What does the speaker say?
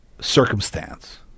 circumstance